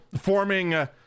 forming